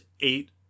eight